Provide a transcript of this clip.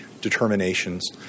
determinations